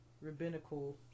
rabbinical